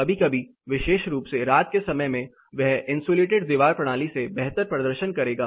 कभी कभी विशेष रूप से रात के समय में वह इंसुलेटेड दीवार प्रणाली से बेहतर प्रदर्शन करेगा